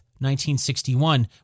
1961